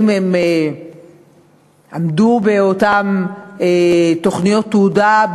אם עמדו באותן תוכניות תעודה,